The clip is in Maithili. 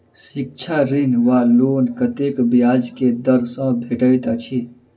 शिक्षा ऋण वा लोन कतेक ब्याज केँ दर सँ भेटैत अछि?